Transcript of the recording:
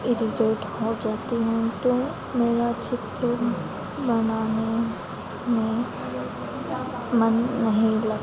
irritate हो जाती हूँ तो मेरा चित्र बनाने में मन नहीं लगता